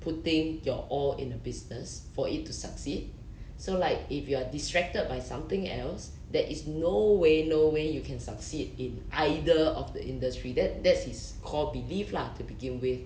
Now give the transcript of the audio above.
putting your all in a business for it to succeed so like if you are distracted by something else there is no way no way you can succeed in either of the industry that that's his core belief lah to begin with